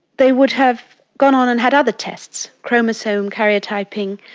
they would have gone on and had other tests chromosome, karyotyping,